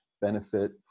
benefit